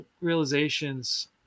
realizations